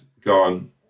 gone